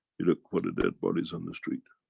you look for the dead bodies on the street.